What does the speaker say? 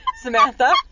Samantha